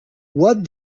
what